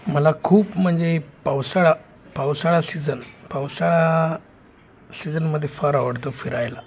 मला खूप म्हणजे पावसाळा पावसाळा सीजन पावसाळा सीजनमध्ये फार आवडतं फिरायला